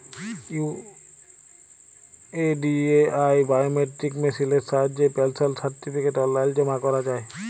UIDAI biometric মেসিলের সাহায্যে personal certificate অললাইল জমা ক্যরা যায়